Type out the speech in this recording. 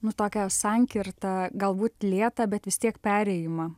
nu tokią sankirtą galbūt lėtą bet vis tiek perėjimą